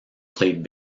played